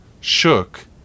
shook